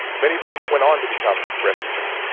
many of whom when on to become refugees.